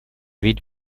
видеть